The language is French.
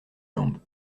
jambes